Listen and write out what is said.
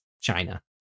China